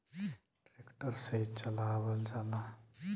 tractor से चलावल जाला